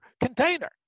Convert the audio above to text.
container